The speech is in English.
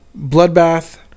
Bloodbath